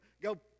go